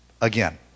Again